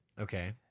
Okay